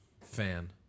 fan